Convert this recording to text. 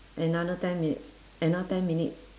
another ten minutes another ten minutes